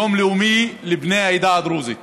יום לאומי לבני העדה הדרוזית.